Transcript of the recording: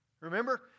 Remember